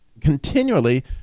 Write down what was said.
continually